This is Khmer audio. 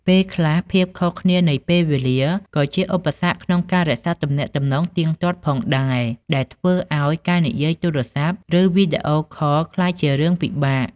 ពេលខ្លះ ភាពខុសគ្នានៃពេលវេលា ក៏ជាឧបសគ្គក្នុងការរក្សាទំនាក់ទំនងទៀងទាត់ផងដែរ ដែលធ្វើឱ្យការនិយាយទូរស័ព្ទ ឬវីដេអូខលក្លាយជារឿងពិបាក។